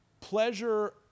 pleasure